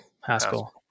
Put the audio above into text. Haskell